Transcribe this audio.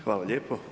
Hvala lijepo.